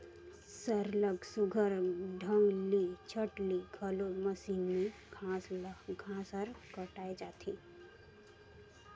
सरलग सुग्घर ढंग ले झट ले घलो मसीन में घांस हर कटाए जाथे